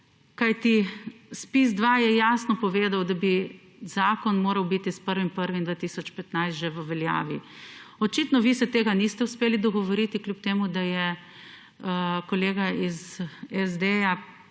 kajti ZPIZ 2 je jasno povedal, da bi zakon moral biti s 1. 1. 2015 že v veljavi. Očitno vi se tega niste uspeli dogovoriti kljub temu, da je kolega iz SD